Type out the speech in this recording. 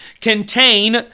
contain